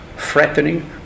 Threatening